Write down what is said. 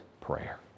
prayer